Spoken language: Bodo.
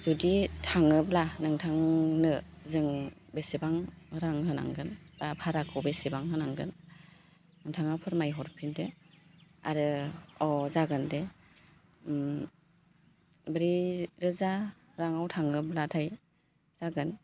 जुदि थाङोब्ला नोंथांनो जों बेसेबां रां होनांगोन बा भाराखौ बेसेबां होनांगोन नोंथाङा फोरमाय हरफिनदो आरो जागोन दे ब्रै रोजा राङाव थाङोब्लाथाय जागोन